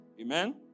Amen